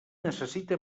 necessita